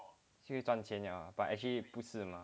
去赚钱 ya but actually 不是 mah